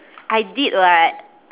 I did [what]